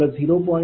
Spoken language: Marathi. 51